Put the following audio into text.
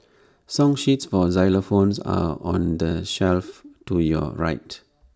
song sheets for xylophones are on the shelf to your right